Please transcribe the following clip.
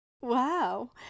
Wow